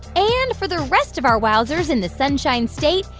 and for the rest of our wowzers in the sunshine state,